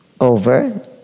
over